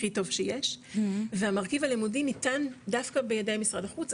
הכי טוב שיש והמרכיב הלימודי ניתן דווקא בידי משרד החוץ,